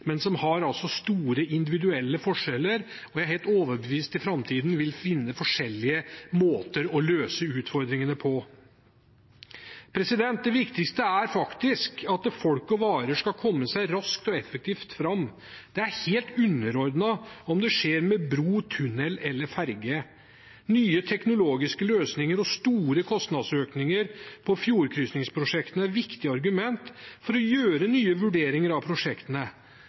men der det er store individuelle forskjeller, og som jeg er helt overbevist om at man i framtiden vil finne forskjellige måter å løse utfordringene på. Det viktigste er faktisk at folk og varer skal komme seg raskt og effektivt fram. Det er helt underordnet om det skjer via bro, tunnel eller ferge. Nye teknologiske løsninger og store kostnadsøkninger på fjordkrysningsprosjektene er viktige argumenter for å gjøre nye vurderinger av prosjektene.